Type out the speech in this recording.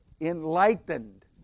enlightened